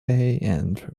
and